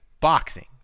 boxing